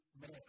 man